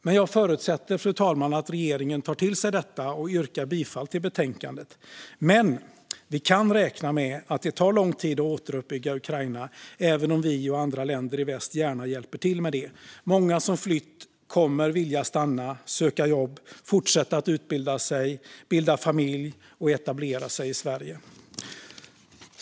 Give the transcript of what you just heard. Men jag förutsätter, fru talman, att regeringen tar till sig detta. Jag yrkar bifall till förslaget i betänkandet. Vi kan räkna med att det tar lång tid att återuppbygga Ukraina, även om vi och andra länder i väst gärna hjälper till med det. Många som flytt kommer att vilja stanna, söka jobb, fortsätta att utbilda sig, bilda familj och etablera sig i Sverige.